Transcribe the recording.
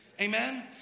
Amen